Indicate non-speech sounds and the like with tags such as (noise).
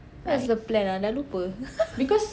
what's the plan ah sudah lupa (laughs)